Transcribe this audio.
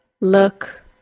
look